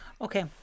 Okay